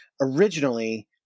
originally